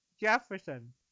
Jefferson